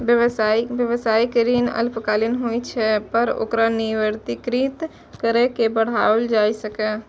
व्यावसायिक ऋण अल्पकालिक होइ छै, पर ओकरा नवीनीकृत कैर के बढ़ाओल जा सकै छै